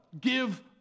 give